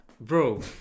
Bro